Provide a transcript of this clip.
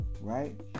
Right